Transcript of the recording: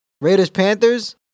Raiders-Panthers